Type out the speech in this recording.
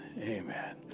Amen